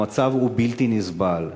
המצב הוא בלתי נסבל,